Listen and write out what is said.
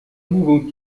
نبود